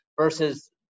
versus